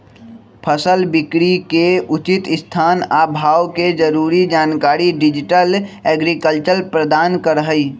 फसल बिकरी के उचित स्थान आ भाव के जरूरी जानकारी डिजिटल एग्रीकल्चर प्रदान करहइ